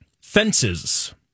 Fences